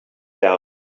down